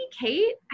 Kate